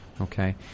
Okay